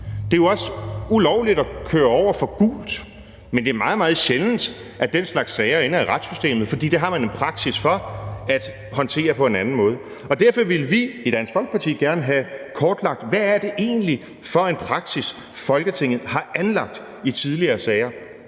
Det er også ulovligt at køre over for gult lys, men det er meget, meget sjældent, at den slags sager ender i retssystemet, for det har man en praksis for at håndtere på en anden måde. Og derfor vil vi i Dansk Folkeparti gerne have kortlagt, hvad det egentlig er for en praksis, som Folketinget har anlagt i tidligere sager.